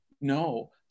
no